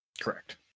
Correct